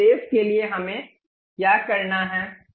उस उद्देश्य के लिए हमें क्या करना है